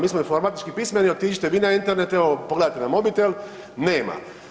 Mi smo informatički pismeni otiđite vi na Internet evo pogledajte na mobitel, nema.